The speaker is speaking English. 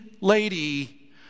lady